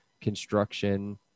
construction